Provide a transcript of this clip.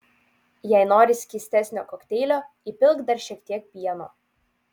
jei nori skystesnio kokteilio įpilk dar šiek tiek pieno